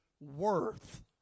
worth